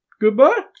Goodbye